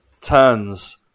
turns